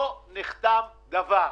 רק לא נחתם דבר.